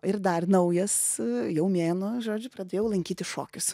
ir dar naujas jau mėnuo žodžiu pradėjau lankyti šokius